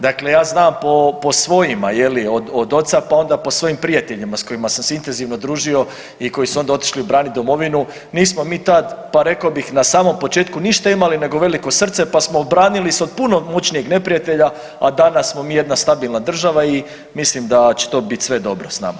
Dakle ja znam po svojima, je li, od oca pa onda po svojim prijateljima s kojima sam se intenzivno družio i koji su onda otišli braniti domovinu, nismo mi tad, pa rekao bih, na samom početku ništa imali nego veliko srce pa smo obranili se od puno moćnijeg neprijatelja, a danas smo mi jedna stabilna država i mislim da će to biti sve dobro s nama.